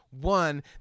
one